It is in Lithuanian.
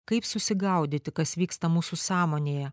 kaip susigaudyti kas vyksta mūsų sąmonėje